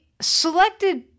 selected